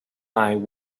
mind